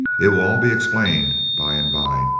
it will all be explained by-and-by,